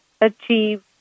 achieve